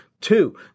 Two